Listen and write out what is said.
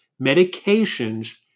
Medications